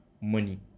money